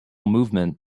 movement